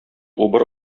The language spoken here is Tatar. убыр